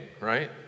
right